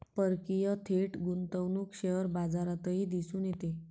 परकीय थेट गुंतवणूक शेअर बाजारातही दिसून येते